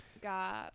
got